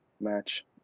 match